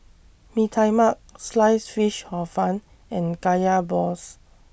Mee Tai Mak Sliced Fish Hor Fun and Kaya Balls